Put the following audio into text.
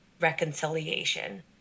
reconciliation